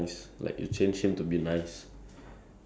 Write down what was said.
the the bad character that one the big guy